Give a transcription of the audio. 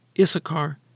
Issachar